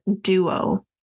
duo